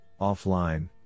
offline